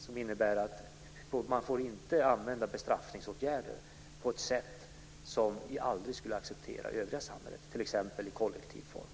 Det innebär att man inte får använda bestraffningsåtgärder på ett sätt som vi aldrig skulle acceptera i övriga samhället, t.ex. i kollektiv form.